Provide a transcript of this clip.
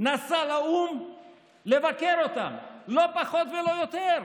נסע לאו"ם לבקר אותם, לא פחות ולא יותר,